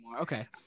okay